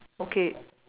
okay